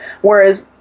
whereas